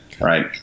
Right